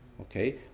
Okay